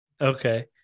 okay